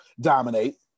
Dominate